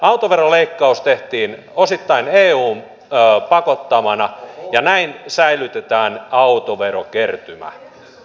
autoveroleikkaus tehtiin osittain eun pakottamana ja näin säilytetään autoverokertymä